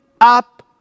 up